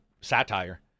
satire